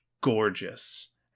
gorgeous